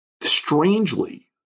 strangely